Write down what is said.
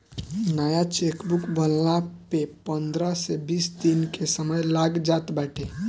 नया चेकबुक बनला में पंद्रह से बीस दिन के समय लाग जात बाटे